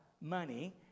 money